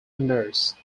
nurse